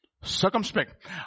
Circumspect